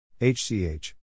hch